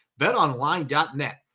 BetOnline.net